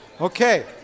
Okay